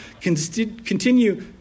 Continue